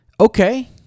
Okay